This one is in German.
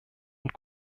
und